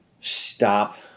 stop